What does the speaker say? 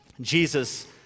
Jesus